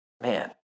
Man